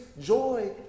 joy